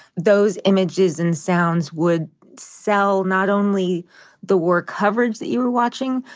those images and sounds would sell not only the war coverage that you were watching,